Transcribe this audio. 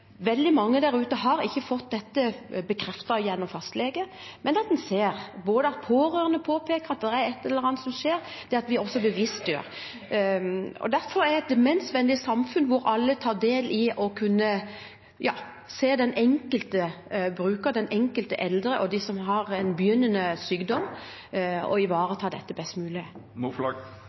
veldig mange der ute ikke har fått dette bekreftet gjennom fastlegen, men man ser at pårørende påpeker at det er et eller annet som skjer, at vi også bevisstgjør det. Derfor er et demensvennlig samfunn et samfunn hvor alle tar del i å kunne se den enkelte bruker, den enkelte eldre, og de som har en begynnende sykdom, og ivaretar dette best mulig. Tuva Moflag